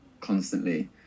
constantly